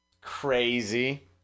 Crazy